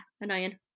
annoying